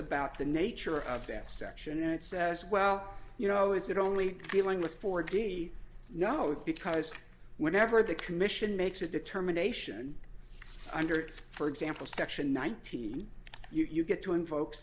about the nature of that section and it says well you know is it only dealing with forty no because whenever the commission makes a determination under its for example section nineteen you get to invoke